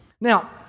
Now